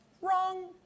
Wrong